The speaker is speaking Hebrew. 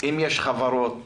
אם יש חברות שפנו,